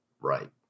Right